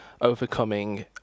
overcoming